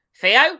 Theo